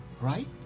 right